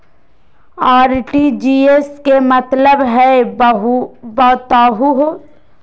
RTGS के का मतलब हई, बताहु हो?